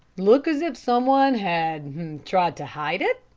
look as if some one had tried to hide it?